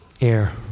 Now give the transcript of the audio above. Air